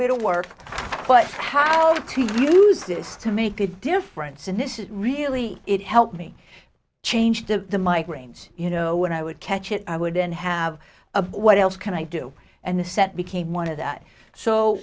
bit of work but how to use this to make a difference and this is really it helped me change to the migraines you know when i would catch it i would then have a what else can i do and the set became one of that so